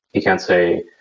you can't say,